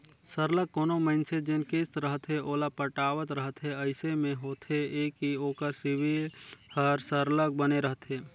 सरलग कोनो मइनसे जेन किस्त रहथे ओला पटावत रहथे अइसे में होथे ए कि ओकर सिविल हर सरलग बने रहथे